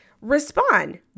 Respond